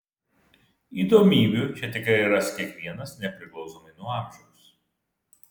įdomybių čia tikrai ras kiekvienas nepriklausomai nuo amžiaus